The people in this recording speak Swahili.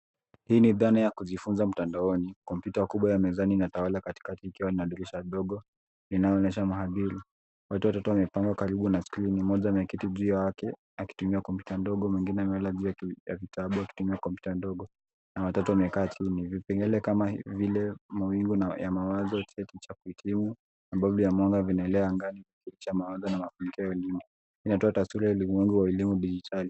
Hii ni dhana ya kujifunza mtandani. Kompyuta kubwa ya mezani inatawala katikati ikiwa na dirisha dogo inayoonyesha mahandiri. Watu watatu wamepangwa karibu na skrini na kitu juu yake akitumia kompyuta ndogo, mwengine amelala juu ya vitabu akitumia kompyuta ndogo na wa tatu amekaa chini. Vipengele kama vile mawingu ya mawazo, cheti cha kuhitimu, ambavyo vinaelea angani kupitisha mawazo kupitisha elimu. Hii inatoa taswira ya ulimwengu wa elimu dijitali.